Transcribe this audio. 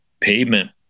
pavement